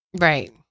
right